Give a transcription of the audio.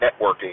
networking